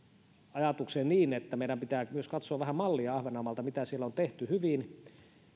ajatuksen niin että meidän pitää myös katsoa vähän mallia ahvenanmaalta mitä siellä on tehty hyvin